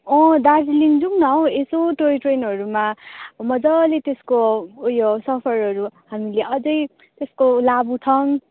अँ दार्जिलिङ जाउँ न हौ यसो टोय ट्रेनहरूमा मजाले त्यसको उयो सफरहरू हामीले अझै त्यसको लाभ उठाउँ